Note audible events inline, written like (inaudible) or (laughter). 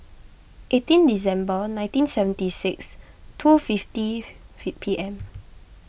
eighteen December nineteen seventy six two fifty (unintelligible) P M